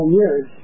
years